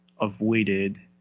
avoided